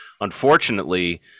unfortunately